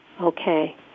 Okay